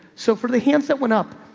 so for the hands that went up,